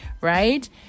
right